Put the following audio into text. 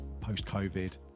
post-covid